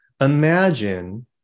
imagine